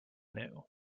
new